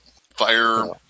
fire